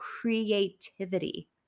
creativity